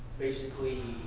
basically